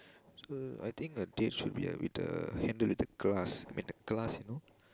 so I think a date should be with a handed with a glass I mean the class you know